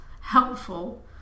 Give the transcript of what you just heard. helpful